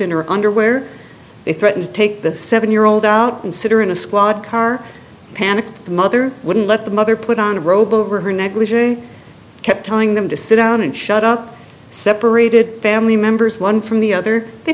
or under where they threaten to take the seven year old out considering a squad car panicked the mother wouldn't let the mother put on a robe over her negligee kept telling them to sit down and shut up separated family members one from the other t